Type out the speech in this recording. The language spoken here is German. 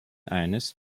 eines